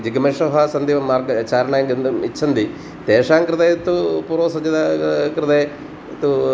जिगमिषवः सन्ति वा मार्गचारणाय गन्तुम् इच्छन्ति तेषां कृते तु पूर्वसज्जता कृते तु